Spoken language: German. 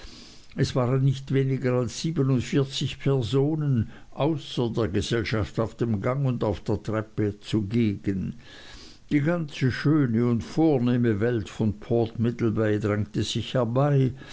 es waren nicht weniger als siebenundvierzig personen außer der gesellschaft auf dem gang und auf der treppe zugegen die ganze schöne und vornehme welt von port middlebay drängte sich herbei